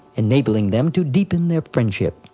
enabling them to deepen their friendship.